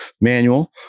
manual